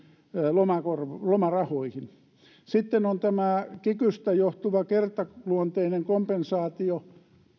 lomarahoihin sitten on tämä kikystä johtuva kertaluonteinen kompensaatio